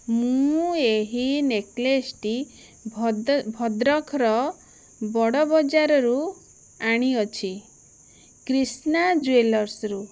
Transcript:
ମୁଁ ଏହି ନେକ୍ଲେସ୍ଟି ଭଦ୍ରକର ବଡ଼ ବଜାରରୁ ଆଣିଅଛି କ୍ରୀଷ୍ଣା ଜ୍ୱେଲର୍ସ୍ରୁ